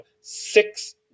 six